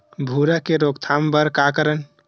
भूरा के रोकथाम बर का करन?